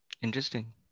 Interesting